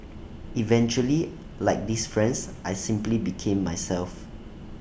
eventually like these friends I simply became myself